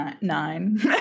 nine